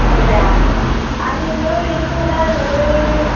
അതെയോ ആദ്യം നിങ്ങള് വരുമോ അല്ല എങ്ങനെയാ ഇത്